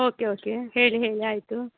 okay okay ಹೇಳಿ ಹೇಳಿ ಆಯ್ತು